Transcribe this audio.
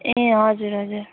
ए हजुर हजुर